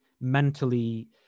mentally